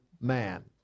man